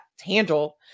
handle